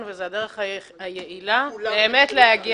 וזאת הדרך היעילה באמת להגיע אליהם.